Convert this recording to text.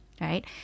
right